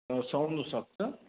सुहाउनु सक्छ हजुर